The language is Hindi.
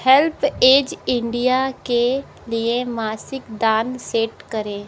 हेल्प ऐज इंडिया के लिए मासिक दान सेट करें